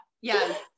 Yes